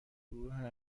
گروه